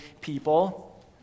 people